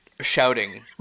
shouting